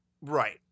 Right